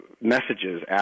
messages